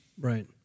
right